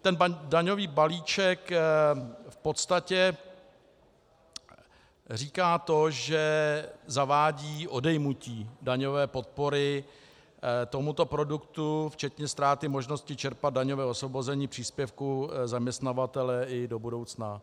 Ten daňový balíček v podstatě zavádí odejmutí daňové podpory tomuto produktu včetně ztráty možnosti čerpat daňové osvobození příspěvku zaměstnavatele i do budoucna.